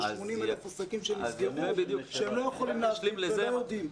ל-80,000 ענפים שנסגרו שהם לא יכולים להפגין ולא יודעים.